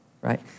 right